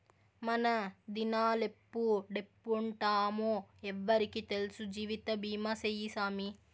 మనదినాలెప్పుడెప్పుంటామో ఎవ్వురికి తెల్సు, జీవితబీమా సేయ్యి సామీ